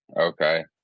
Okay